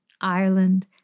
Ireland